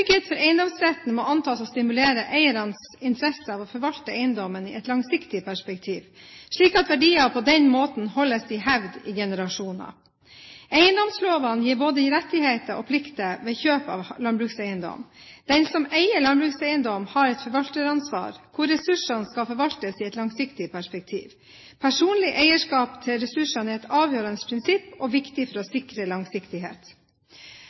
for eiendomsretten må antas å stimulere eiernes interesse av å forvalte eiendommen i et langsiktig perspektiv, slik at verdiene holdes i hevd i generasjoner. Eiendomslovene gir både rettigheter og plikter ved kjøp av landbrukseiendom. Den som eier en landbrukseiendom, har et forvalteransvar, der ressursene skal forvaltes i et langsiktig perspektiv. Personlig eierskap til ressursene er et avgjørende prinsipp og viktig for å sikre langsiktighet.